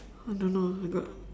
I don't know I got